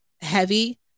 heavy